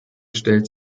stellt